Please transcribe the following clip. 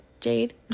Jade